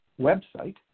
website